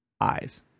eyes